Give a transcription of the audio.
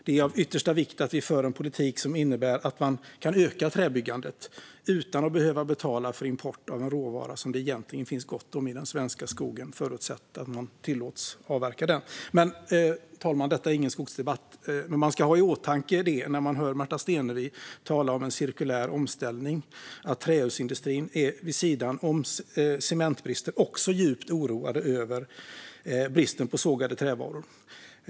Det är av yttersta vikt att vi för en politik som innebär att man kan öka träbyggandet utan att behöva betala för import av en råvara som det egentligen finns gott om i den svenska skogen, förutsatt att man tillåts avverka den. Fru talman! Detta är ingen skogsdebatt. Men när man hör Märta Stenevi tala om cirkulär omställning ska man ha i åtanke att trävaruindustrin vid sidan om cementbristen också är djupt oroad över bristen på sågade trävaror.